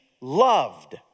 loved